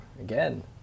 again